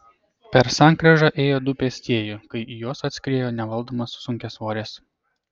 per sankryžą ėjo du pėstieji kai į juos atskriejo nevaldomas sunkiasvoris